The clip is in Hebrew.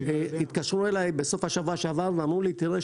התקשרו אליי בסוף השבוע שעבר ואמרו לי "תראה,